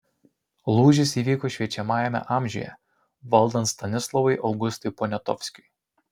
lūžis įvyko šviečiamajame amžiuje valdant stanislovui augustui poniatovskiui